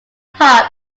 pop